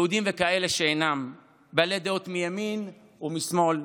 יהודים וכאלה שאינם, בעלי דעות מימין או משמאל,